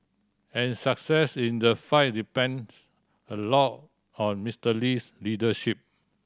and success in the fight depends a lot on Mister Lee's leadership